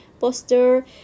poster